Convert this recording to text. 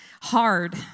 hard